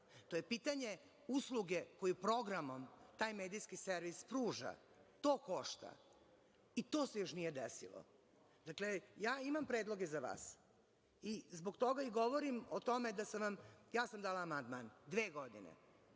to je pitanje usluge koju programom taj medijski servis pruža. To košta i to se još nije desilo. Dakle, ja imam predloge za vas i zbog toga govorim o tome da sam dala amandman – dve godine